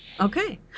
Okay